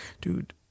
dude